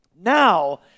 now